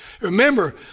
Remember